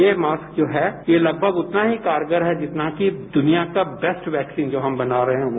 ये मास्क जो है ये लगभग उतना ही कारगर है जितना कि दुनिया का बेस्ट वैक्सीन जो हम बना रहे हैं वो